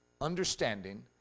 understanding